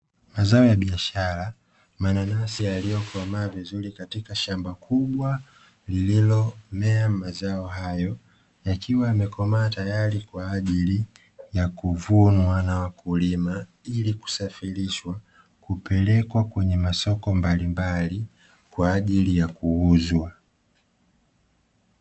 Mazao ya biashara, mananasi yaliyokomaa vizuri katika shamba kubwa lililomea mazao hayo. Yakiwa yamekomaa kwa ajili ya kuvunwa na wakulima ili kusafirishwa na kupelekwa kwenye masoko mbalimbali kwa ajili ya kuuzwa.